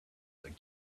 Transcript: like